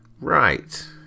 Right